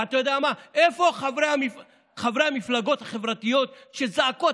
אתה יודע מה, איפה חברי המפלגות החברתיות שזעקו?